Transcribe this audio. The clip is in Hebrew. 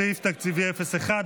סעיף תקציבי 01,